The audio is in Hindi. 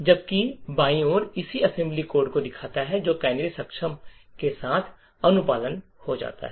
जबकि बाईं ओर इसी असेंबली कोड को दिखाता है जो कैनरी सक्षम के साथ अनुपालन हो जाता है